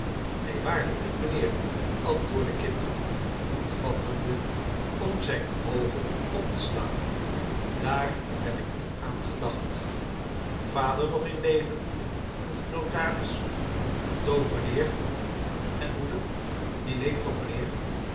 neen waarlijk niet mijnheer antwoordde kit moed vattende om zijne oogen op te slaan daar heb ik niet aan gedacht vader nog in leven vroeg de notaris dood mijnheer en moeder die leeft nog mijnheer